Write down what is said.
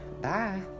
Bye